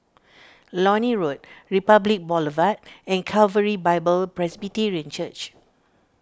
Lornie Road Republic Boulevard and Calvary Bible Presbyterian Church